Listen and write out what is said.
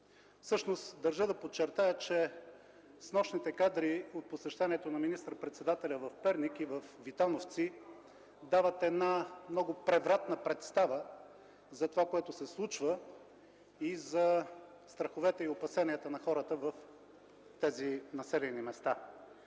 Всъщност държа да подчертая, че снощните кадри от посещението на министър-председателя в Перник и във Витановци дават една много превратна представа за това, което се случва и за страховете и опасенията на хората в тези населени места.